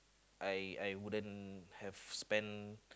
I I wouldn't have spend